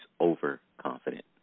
overconfident